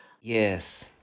yes